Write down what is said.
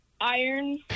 Iron